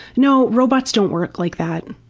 no robots don't work like that.